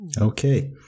Okay